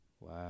Wow